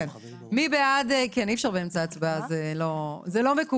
כן, אי אפשר באמצע ההצבעה, זה לא מקובל.